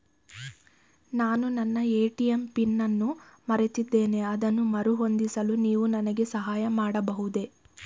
ನಾನು ನನ್ನ ATM PIN ಅನ್ನು ಮರೆತಿದ್ದೇನೆ ಅದನ್ನು ಮರುಹೊಂದಿಸಲು ನೀವು ನನಗೆ ಸಹಾಯ ಮಾಡಬಹುದೇ?